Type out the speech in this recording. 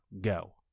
go